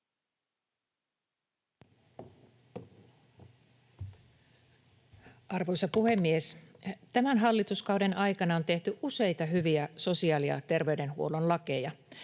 Arvoisa puhemies! Tämän hallituskauden aikana on tehty useita hyviä sosiaali- ja terveydenhuollon lakeja.